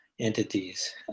entities